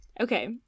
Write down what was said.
Okay